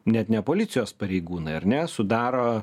net ne policijos pareigūnai ar ne sudaro